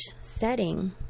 setting